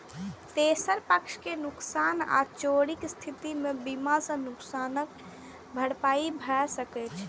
तेसर पक्ष के नुकसान आ चोरीक स्थिति मे बीमा सं नुकसानक भरपाई भए सकै छै